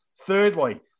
Thirdly